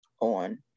on